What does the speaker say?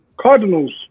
Cardinals